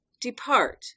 depart